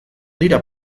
dira